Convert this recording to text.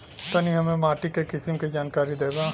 तनि हमें माटी के किसीम के जानकारी देबा?